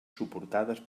suportades